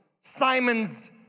Simon's